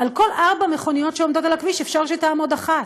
על כל ארבע מכוניות שעומדות על הכביש אפשר שתעמוד אחת.